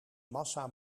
massa